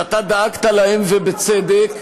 שאתה דאגת להם, ובצדק,